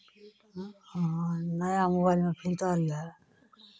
आँय हँ नया मोबाइलमे फिल्टर यए